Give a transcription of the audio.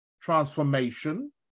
transformation